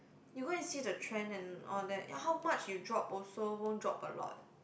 you go and see the trend and all that how much you drop also won't drop a lot